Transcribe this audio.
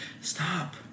Stop